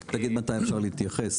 רק תגיד מתי אפשר להתייחס,